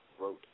wrote